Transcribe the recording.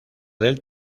del